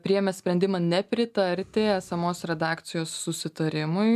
priėmė sprendimą nepritarti esamos redakcijos susitarimui